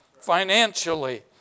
financially